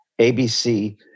ABC